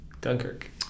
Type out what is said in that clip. Dunkirk